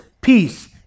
peace